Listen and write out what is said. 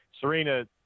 Serena